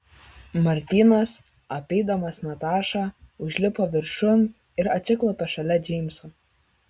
martinas apeidamas natašą užlipo viršun ir atsiklaupė šalia džeimso